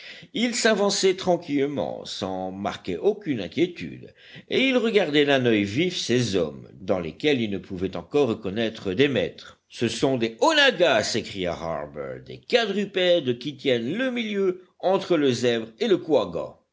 ils s'avançaient tranquillement sans marquer aucune inquiétude et ils regardaient d'un oeil vif ces hommes dans lesquels ils ne pouvaient encore reconnaître des maîtres ce sont des onaggas s'écria harbert des quadrupèdes qui tiennent le milieu entre le zèbre et le couagga